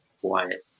quiet